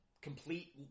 complete